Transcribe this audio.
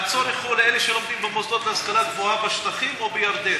הצורך הוא לאלה שלומדים במוסדות להשכלה גבוהה בשטחים או בירדן.